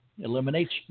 eliminates